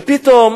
ופתאום